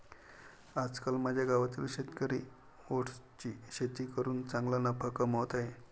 आजकाल माझ्या गावातील शेतकरी ओट्सची शेती करून चांगला नफा कमावत आहेत